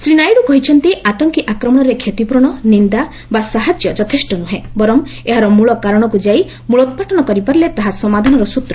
ଶ୍ରୀ ନାଇଡୁ କହିଛନ୍ତି ଆତଙ୍କୀ ଆକ୍ରମଣରେ କ୍ଷତିପୂରଣ ନିନ୍ଦା ବା ସାହାଯ୍ୟ ଯଥେଷ୍ଟ ନୁହେଁ ବରଂ ଏହାର ମୂଳ କାରଣକୁ ଯାଇ ମୂଳୋତ୍ପାଟନ କରିପାରିଲେ ତାହା ସମାଧାନର ସ୍ଚ୍ଚ ହୋଇପାରିବ